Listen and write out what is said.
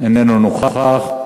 איננו נוכח,